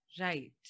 Right